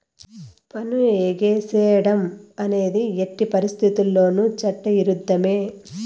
పన్ను ఎగేసేడం అనేది ఎట్టి పరిత్తితుల్లోనూ చట్ట ఇరుద్ధమే